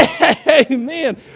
Amen